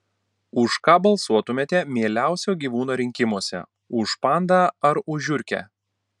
už ką balsuotumėte mieliausio gyvūno rinkimuose už pandą ar už žiurkę